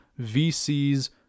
VC's